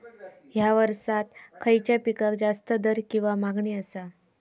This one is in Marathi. हया वर्सात खइच्या पिकाक जास्त दर किंवा मागणी आसा?